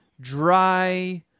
Dry